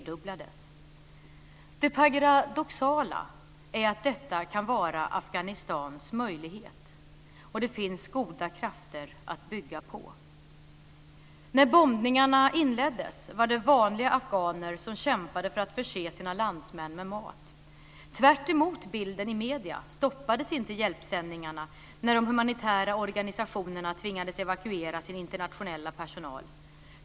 Det paradoxala är att detta kan vara Afghanistans möjlighet, och det finns goda krafter att bygga på. När bombningarna inleddes var det vanliga afghaner som kämpade för att förse sina landsmän med mat. Tvärtemot bilden i medierna stoppades inte hjälpsändningarna när de humanitära organisationerna tvingades evakuera sin internationella personal.